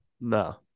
No